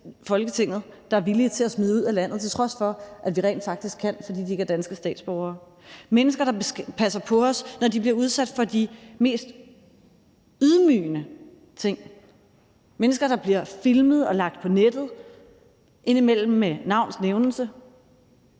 Folketinget der er villige til at smide ud af landet, til trods for at vi rent faktisk kan, fordi de ikke er danske statsborgere; mennesker, der passer på os, når de bliver udsat for de mest ydmygende ting; mennesker, der bliver filmet og lagt på nettet, indimellem med navns nævnelse;